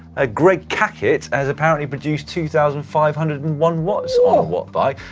ah greg cackett has apparently produced two thousand five hundred and one watts on a wattbike,